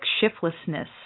shiftlessness